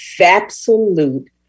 absolute